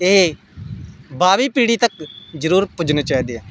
एह् भाबी पिढ़ी तक जरूर पुज्जने चाहिदे